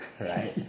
right